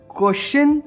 question